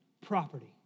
property